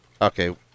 Okay